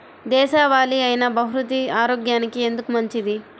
దేశవాలి అయినా బహ్రూతి ఆరోగ్యానికి ఎందుకు మంచిది?